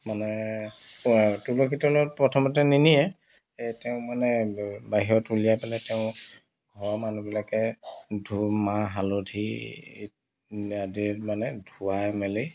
মানে তুলসী তলত প্ৰথমতে নিনিয়ে তেওঁক মানে বাহিৰত উলিয়াই পেলাই তেওঁক ঘৰৰ মানুহবিলাকে ধো মাহ হালধি আদি মানে ধুৱাই মেলি